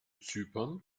zypern